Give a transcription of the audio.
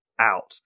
out